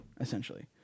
essentially